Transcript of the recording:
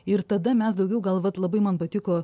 ir tada mes daugiau gal vat labai man patiko